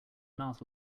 mouth